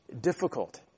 Difficult